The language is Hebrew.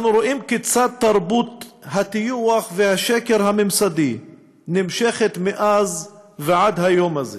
אנחנו רואים כיצד תרבות הטיוח והשקר הממסדי נמשכת מאז ועד היום הזה,